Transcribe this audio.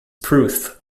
proof